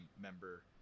member